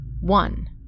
One